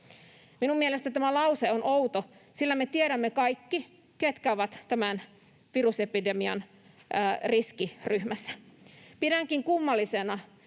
Minun mielestäni tämä lause on outo, sillä me tiedämme kaikki, ketkä ovat tämän virusepidemian riskiryhmässä. Pidänkin kummallisena,